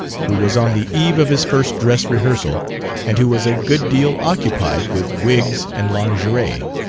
who was on the eve of his first dress rehearsal and who was a good deal occupied with wigs and lingerie.